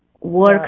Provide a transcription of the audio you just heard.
work